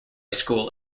school